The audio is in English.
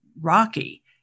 rocky